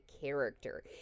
character